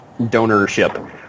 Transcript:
donorship